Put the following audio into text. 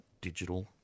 digital